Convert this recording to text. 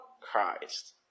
Christ